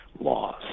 laws